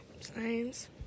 Science